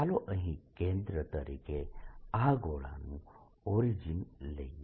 ચાલો અહીં કેન્દ્ર તરીકે આ ગોળાનું ઓરિજીન લઈએ